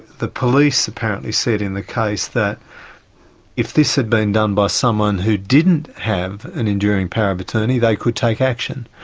the police apparently said in the case that if this had been done by someone who didn't didn't have an enduring power of attorney, they could take action.